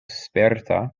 sperta